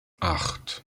acht